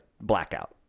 blackout